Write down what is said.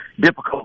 Difficult